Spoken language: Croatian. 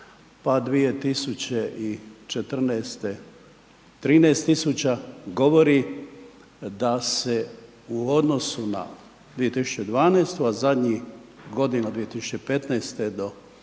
pa 2014. 13000, govori da se u odnosu na 2012., a zadnjih godina 2015. do 2018.,